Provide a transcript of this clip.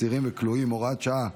אסירים וכלואים (הוראת שעה,